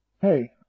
hey